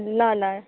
ल ल